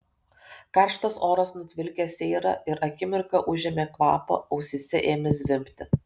karštas oras nutvilkė seirą ir akimirką užėmė kvapą ausyse ėmė zvimbti